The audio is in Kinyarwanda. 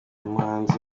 muhanzi